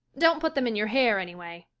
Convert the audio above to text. don't put them in your hair, anyway.